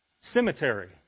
cemetery